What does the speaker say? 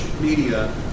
media